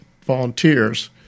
volunteers